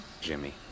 Jimmy